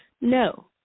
No